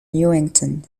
newington